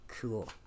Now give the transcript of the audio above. cool